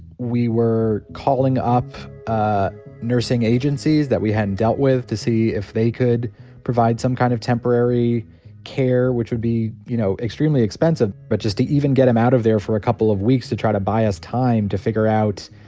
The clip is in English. we were calling up nursing agencies that we hadn't dealt with, to see if they could provide some kind of temporary care, care, which would be, you know, extremely expensive, but just to even get him out of there for a couple of weeks, to try to buy us time, to figure out,